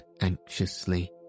anxiously